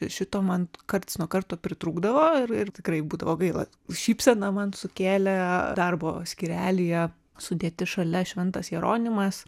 šito man karts nuo karto pritrūkdavo ir ir tikrai būdavo gaila šypseną man sukėlė darbo skyrelyje sudėti šalia šventas jeronimas